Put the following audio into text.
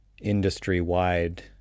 industry-wide